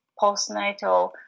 postnatal